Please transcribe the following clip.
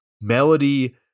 Melody